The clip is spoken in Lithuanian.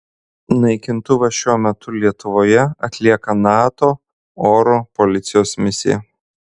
naikintuvas šiuo metu lietuvoje atlieka nato oro policijos misiją